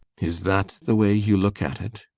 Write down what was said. is that the way you look at it?